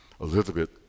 Elizabeth